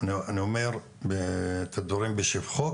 אני אומר את הדברים בשבחו,